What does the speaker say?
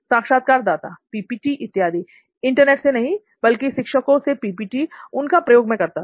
साक्षात्कारदाता पीपीटी इत्यादि इंटरनेट से नहीं बल्कि शिक्षकों से पीपीटी उनका प्रयोग मैं करता था